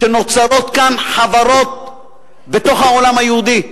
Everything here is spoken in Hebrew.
שנוצרות כאן חברות בתוך העולם היהודי.